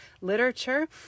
literature